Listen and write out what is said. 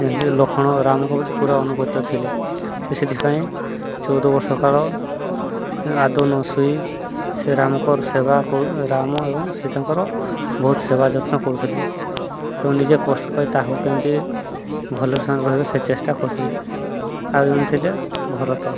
ଯେମିତି ଲକ୍ଷ୍ମଣ ରାମଙ୍କ ପ୍ରତି ପୁରା ଅନୁଗତ ଥିଲେ ସେ ସେଥିପାଇଁ ଚଉଦ ବର୍ଷ କାଳ ଆଦୌ ନଶୋଇ ସେ ରାମଙ୍କର ସେବା ରାମ ଏବଂ ସୀତାଙ୍କର ବହୁତ ସେବା ଯତ୍ନ କରୁଥିଲେ ଏବଂ ନିଜେ କଷ୍ଟ ପାଇ ତାହାକୁ କେମିତି ଭଲରେ ସେମାନେ ରହିବେ ସେ ଚେଷ୍ଟା କରୁଥିଲେି ଆଉ ଜଣେ ଥିଲେ ଭରତ